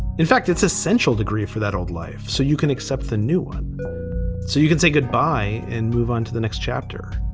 in fact, it's essential degree for that old life. so you can accept the new one, so you can say goodbye and move on to the next chapter.